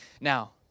Now